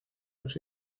los